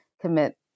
commit